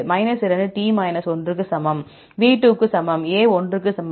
2 T 1 க்கு சமம் V 2 க்கு சமம்A 1 க்கு சமம்